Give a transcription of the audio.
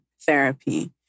therapy